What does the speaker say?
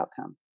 outcome